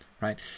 right